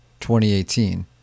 2018